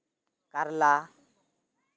ᱠᱟᱨᱞᱟ